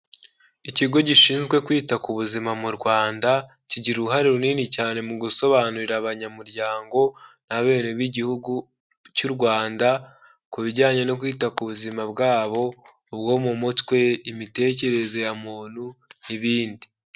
Ikigo gishinzwe kwita ku buzima mu Rwanda kigira uruhare runini cyane mu gusobanurira abanyamuryango n'abene b'igihugu cy'u Rwanda ku bijyanye no kwita ku buzima bwabo ubwo mu mutwe, imitekerereze ya muntu n’ibindi.